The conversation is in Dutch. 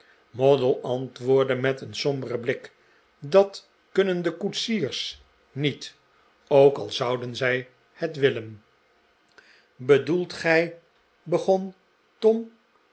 moddle antwoordde met een somberen blik dat kunnen de koetsiers niet ook al zouden zij het willen bedoelt gij begon tom